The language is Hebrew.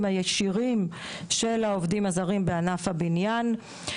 הישירים של העובדים הזרים בענף הבניין.